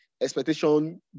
Expectation